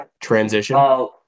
Transition